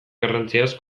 garrantziaz